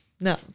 no